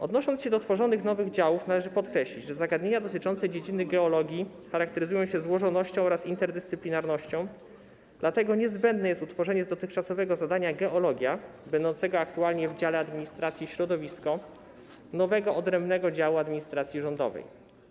Odnosząc się do tworzonych nowych działów, należy podkreślić, że zagadnienia dotyczące dziedziny geologii charakteryzują się złożonością oraz interdyscyplinarnością, dlatego niezbędne jest utworzenie z dotychczasowego zadania „geologia” będącego aktualnie w dziale administracji środowisko nowego, odrębnego działu administracji rządowej.